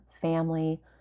family